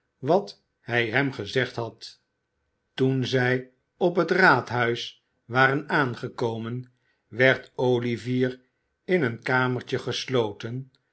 wat hij hem gezegd had toen zij op het raadhuis waren aangekomen werd olivier in een kamertje gesloten